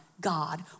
God